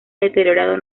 deteriorado